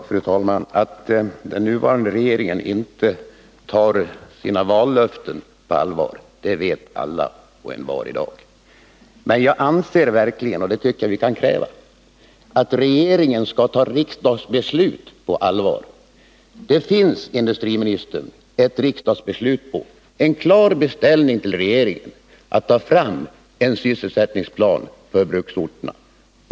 Fru talman! Att den nuvarande regeringen inte tar sina vallöften på allvar vet alla och envar i dag. Men jag anser verkligen — och det tycker jag att man kan kräva — att regeringen skall ta riksdagsbeslut på allvar. Det finns, industriministern, riksdagsbeslut på en klar beställning till regeringen att ta fram en sysselsättningsplan för bruksorterna.